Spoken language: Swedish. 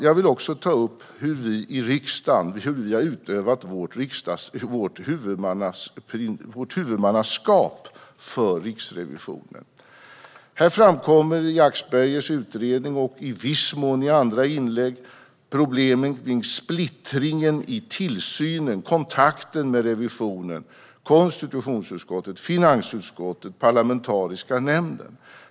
Jag vill också ta upp hur vi i riksdagen har utövat vårt huvudmannaskap för Riksrevisionen. I Axbergers utredning, och i viss mån i andra inlägg, framkommer problemen med splittringen i tillsynen och kontakten med revisionen när det gäller konstitutionsutskottet, finansutskottet och det parlamentariska rådet.